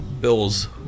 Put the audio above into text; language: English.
Bill's